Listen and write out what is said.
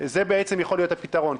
זה בעצם יכול להיות הפתרון.